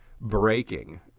breaking